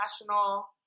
national